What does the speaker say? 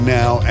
now